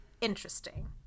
interesting